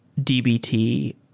dbt